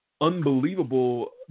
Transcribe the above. unbelievable